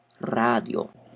Radio